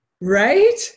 Right